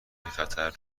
خطر